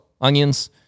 onions